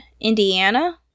Indiana